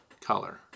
color